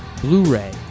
Blu-ray